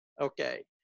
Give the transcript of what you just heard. okay